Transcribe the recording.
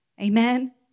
Amen